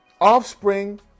offspring